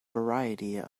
variety